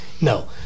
No